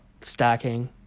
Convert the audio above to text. stacking